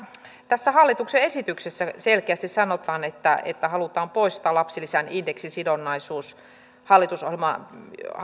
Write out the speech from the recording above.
tässä hallituksen esityksessä selkeästi sanotaan että että halutaan poistaa lapsilisän indeksisidonnaisuus